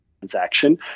transaction